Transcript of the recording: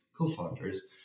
co-founders